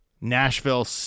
Nashville